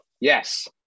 yes